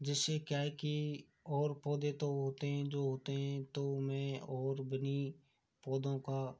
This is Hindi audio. जैसे क्या है कि और पौधे तो होते हैं जो होते हैं तो मैं और बनी पौधों का